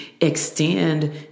extend